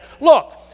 look